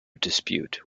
dispute